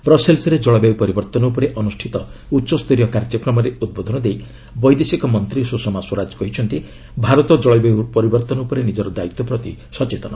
ବ୍ରସେଲସ୍ରେ ଜଳବାୟୁ ପରିବର୍ତ୍ତନ ଉପରେ ଅନୁଷ୍ଠିତ ଉଚ୍ଚସ୍ତରୀୟ କାର୍ଯ୍ୟକ୍ରମରେ ଉଦ୍ବୋଧନ ଦେଇ ବୈଦେଶିକ ମନ୍ତ୍ରୀ ସୁଷମା ସ୍ୱରାଜ କହିଛନ୍ତି ଭାରତ କଳବାୟୁ ପରିବର୍ତ୍ତନ ଉପରେ ନିଜର ଦାୟିତ୍ୱ ପ୍ରତି ସଚେତନ